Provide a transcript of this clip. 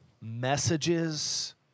messages